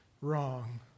wrong